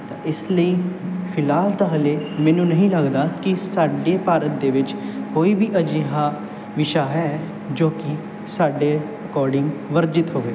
ਇਸ ਲਈ ਫ਼ਿਲਹਾਲ ਤਾਂ ਹਾਲੇ ਮੈਨੂੰ ਨਹੀਂ ਲੱਗਦਾ ਕਿ ਸਾਡੇ ਭਾਰਤ ਦੇ ਵਿੱਚ ਕੋਈ ਵੀ ਅਜਿਹਾ ਵਿਸ਼ਾ ਹੈ ਜੋ ਕਿ ਸਾਡੇ ਅਕੋਰਡਿੰਗ ਵਰਜਿਤ ਹੋਵੇ